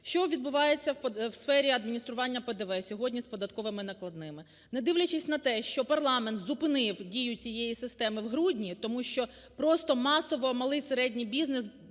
Що відбувається в сфері адміністрування ПДВ сьогодні з податковими накладними? Не дивлячись на те, що парламент зупинив дію цієї системи в грудні, тому що просто масово малий, середній бізнес,